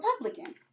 Republican